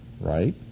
right